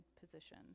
position